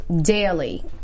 daily